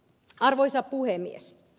arvoisa puhemies